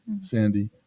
sandy